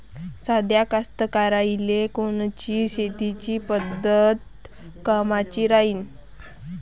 साध्या कास्तकाराइले कोनची शेतीची पद्धत कामाची राहीन?